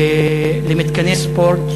למתקני ספורט